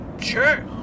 sure